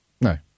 No